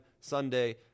Sunday